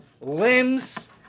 limbs